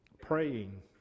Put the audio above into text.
Praying